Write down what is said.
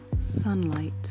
sunlight